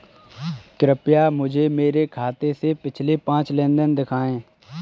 कृपया मुझे मेरे खाते से पिछले पाँच लेन देन दिखाएं